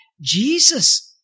Jesus